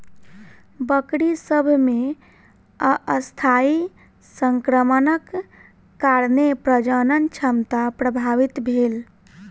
बकरी सभ मे अस्थायी संक्रमणक कारणेँ प्रजनन क्षमता प्रभावित भेल